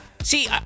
See